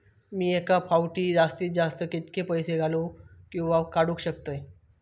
मी एका फाउटी जास्तीत जास्त कितके पैसे घालूक किवा काडूक शकतय?